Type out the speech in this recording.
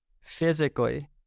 physically